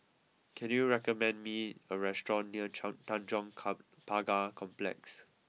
can you recommend me a restaurant near Chang Tanjong come Pagar Complex